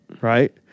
right